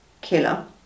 killer